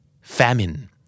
Famine